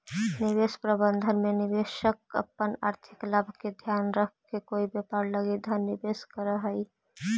निवेश प्रबंधन में निवेशक अपन आर्थिक लाभ के ध्यान रखके कोई व्यापार लगी धन निवेश करऽ हइ